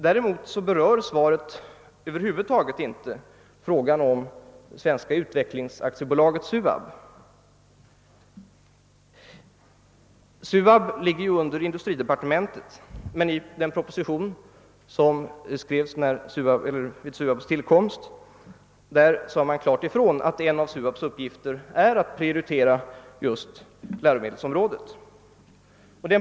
Däremot berör svaret inte frågan om Svenska utvecklings AB . Detta ligger under industridepartementet, men i den proposition som skrevs vid SUAB:s tillkomst sades klart ifrån att en av dess uppgifter är att prioritera läromedelsområdet.